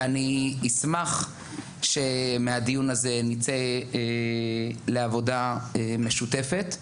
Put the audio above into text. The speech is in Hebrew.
ואני אשמח שמהדיון הזה נצא לעבודה משותפת,